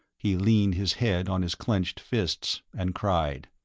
he leaned his head on his clenched fists, and cried.